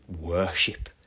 worship